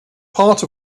part